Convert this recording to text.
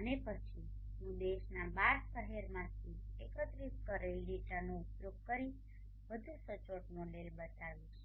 અને પછી હું દેશના 12 શહેરોમાંથી એકત્રિત કરેલા ડેટાનો ઉપયોગ કરીને વધુ સચોટ મોડેલ બતાવીશ